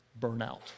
burnout